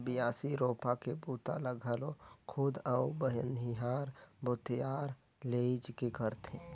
बियासी, रोपा के बूता ल घलो खुद अउ बनिहार भूथिहार लेइज के करथे